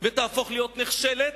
ותהפוך נחשלת,